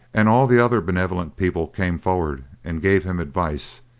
and all the other benevolent people came forward and gave him advice,